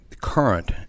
current